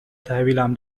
تحویلم